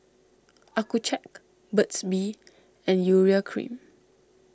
Accucheck Burt's Bee and Urea Cream